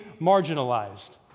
marginalized